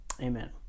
Amen